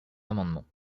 amendements